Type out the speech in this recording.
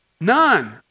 None